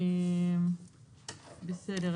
בסדר.